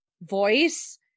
voice